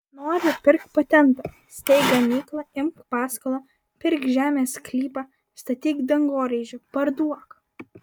nori pirk patentą steik gamyklą imk paskolą pirk žemės sklypą statyk dangoraižį parduok